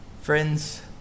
friends